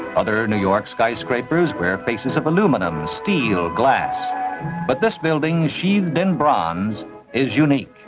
other new york's skyscrapers where pieces of aluminum, steel, glass but this building sheathed in bronze is unique